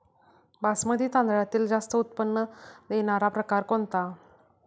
बासमती तांदळातील जास्त उत्पन्न देणारा प्रकार कोणता?